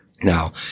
Now